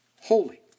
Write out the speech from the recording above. holy